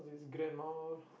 grandma